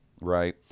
right